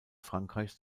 frankreich